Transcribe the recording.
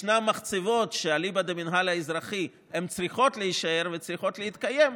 יש מחצבות שאליבא דהמינהל האזרחי צריכות להישאר וצריכות להתקיים,